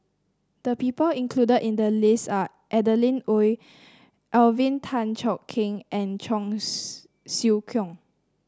the people included in the list are Adeline Ooi Alvin Tan Cheong Kheng and Cheong Siew Keong